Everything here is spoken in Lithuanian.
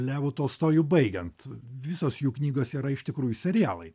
levu tolstoju baigiant visos jų knygos yra iš tikrųjų serialai